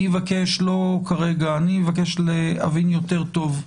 אני אבקש, לא כרגע, להבין יותר טוב,